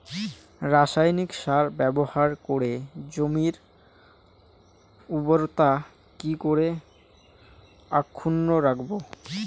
রাসায়নিক সার ব্যবহার করে জমির উর্বরতা কি করে অক্ষুণ্ন রাখবো